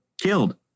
killed